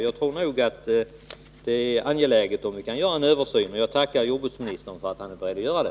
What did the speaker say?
Jag tror att det är angeläget med en översyn, och jag tackar jordbruksministern för att han är beredd att göra den.